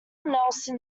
nelson